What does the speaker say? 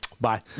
bye